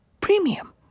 premium